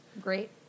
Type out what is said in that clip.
great